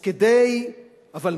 אבל מה?